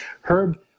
Herb